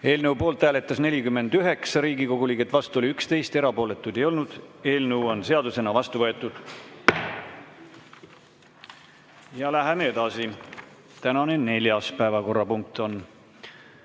Eelnõu poolt hääletas 49 Riigikogu liiget, vastu oli 11, erapooletuid ei olnud. Eelnõu on seadusena vastu võetud. Läheme edasi. Tänane neljas päevakorrapunkt on